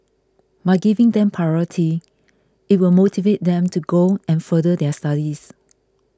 by giving them priority it will motivate them to go and further their studies